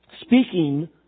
speaking